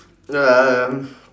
um